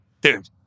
Dude